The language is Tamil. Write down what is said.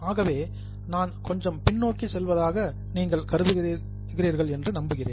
ஆகவே நான் கொஞ்சம் பின்னோக்கி செல்வதாக நீங்கள் கருதுகிறீர்கள் என்று நம்புகிறேன்